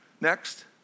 Next